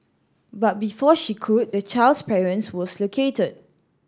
but before she could the child's parent was located